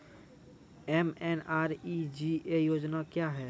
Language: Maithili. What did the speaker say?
एम.एन.आर.ई.जी.ए योजना क्या हैं?